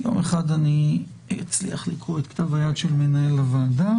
יום אחד אני אצליח לקרוא את כתב היד של מנהל הוועדה